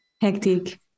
Hectic